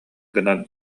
гынан